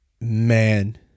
man